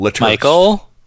Michael